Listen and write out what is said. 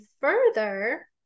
further